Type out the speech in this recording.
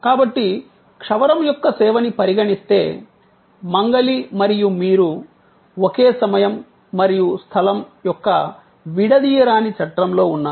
కాబట్టి క్షవరం యొక్క సేవని పరిగణిస్తే మంగలి మరియు మీరు ఒకే సమయం మరియు స్థలం యొక్క విడదీయరాని చట్రంలో ఉన్నారు